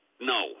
no